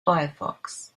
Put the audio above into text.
firefox